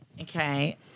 Okay